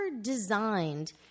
designed